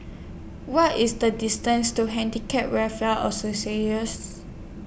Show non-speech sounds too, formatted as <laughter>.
What IS The distance to Handicap Welfare <unintelligible>